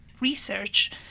research